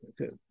Okay